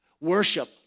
Worship